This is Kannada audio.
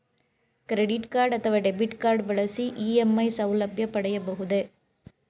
ಕ್ರೆಡಿಟ್ ಕಾರ್ಡ್ ಅಥವಾ ಡೆಬಿಟ್ ಕಾರ್ಡ್ ಬಳಸಿ ಇ.ಎಂ.ಐ ಸೌಲಭ್ಯ ಪಡೆಯಬಹುದೇ?